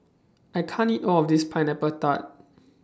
I can't eat All of This Pineapple Tart